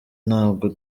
ntabwo